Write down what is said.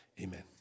amen